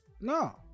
no